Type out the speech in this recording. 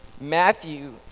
Matthew